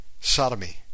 sodomy